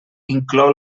inclou